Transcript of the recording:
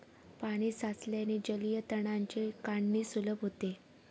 पाणी साचल्याने जलीय तणांची काढणी सुलभ होते